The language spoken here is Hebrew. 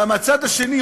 ומהצד השני,